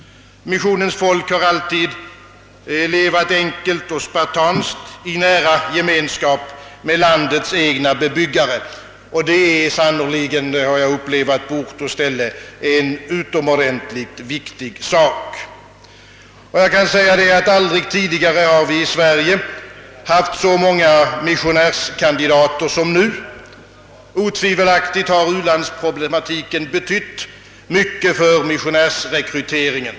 Missionens folk har alltid levat enkelt och spartanskt i nära gemenskap med landets egna bebyggare, och det är sannerligen — det har jag upplevt på ort och ställe — en utomordentligt viktig sak. Jag kan säga, att aldrig tidigare har vi i Sverige haft så många missionärskandidater som nu: Otvivelaktigt har u-landsproblematiken betytt. .mycket för missionärsrekryteringen.